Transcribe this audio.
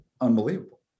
unbelievable